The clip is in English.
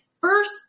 first